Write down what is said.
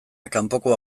kanpokoa